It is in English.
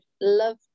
love